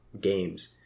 games